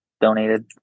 donated